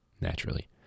naturally